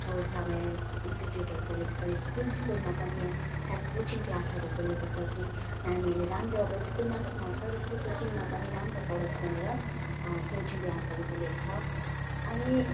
चौरास्तामा इन्स्टिट्युटहरू खोलिएको छ स्कुल स्कुलमा पनि सानो कोचिङ क्लासहरू खोलिएको छ कि नानीहरूले राम्रो अब स्कुलमा त पढ्छ त्यसरी कोचिङमा पनि राम्रो पढोस् भनेर कोचिङ क्लासहरू खोलेको छ अनि